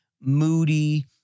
moody